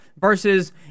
versus